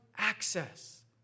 access